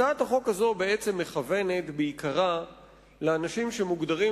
הצעת החוק הזאת בעצם מכוונת בעיקרה לאנשים שמוגדרים,